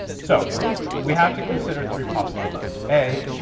so we have to consider three possibilities. a,